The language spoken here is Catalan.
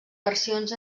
versions